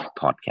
podcast